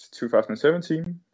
2017